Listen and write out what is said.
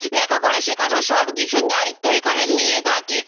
লেখাপড়া শেখানো সব কিছুর দায়িত্ব এখানে নিয়ে থাকে